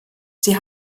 sie